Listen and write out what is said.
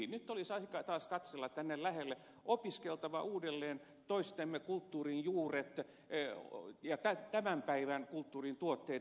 nyt olisi aika taas katsella tänne lähelle opiskeltava uudelleen toistemme kulttuurin juuret ja tämän päivän kulttuurin tuotteita